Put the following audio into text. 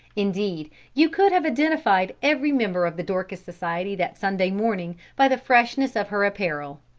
indeed, you could have identified every member of the dorcas society that sunday morning by the freshness of her apparel.